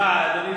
לא.